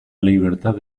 libertad